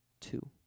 Two